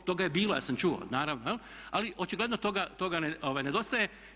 Toga je bilo ja sam čuo, naravno, ali očigledno toga nedostaje.